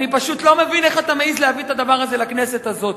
אני פשוט לא מבין איך אתה מעז להביא את הדבר הזה לכנסת הזאת.